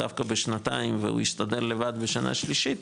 דווקא בשנתיים והוא ישתדל לבד בשנה שלישית,